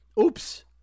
Oops